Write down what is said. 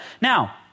Now